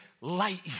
light